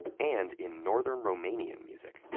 and and in northern romanian music.